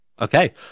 Okay